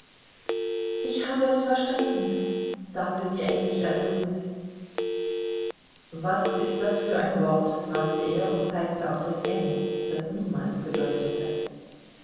ich habe es verstanden sagte sie endlich errötend was ist das für ein wort fragte er und zeigte auf das n das niemals bedeutete